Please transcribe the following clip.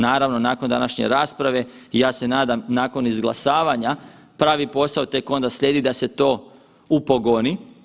Naravno nakon današnje rasprave ja se nadam i nakon izglasavanja pravi posao tek onda slijedi da se to upogoni.